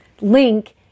link